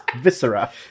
viscera